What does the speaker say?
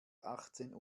achtzehn